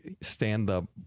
stand-up